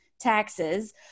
taxes